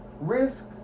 risk